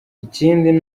ikindi